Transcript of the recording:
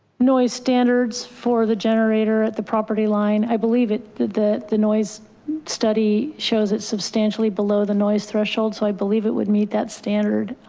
noise standards for the generator at the property line. i believe it that the the noise study shows it substantially below the noise threshold. so i believe it would meet that standard.